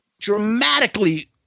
dramatically